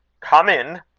come in,